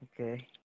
okay